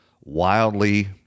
wildly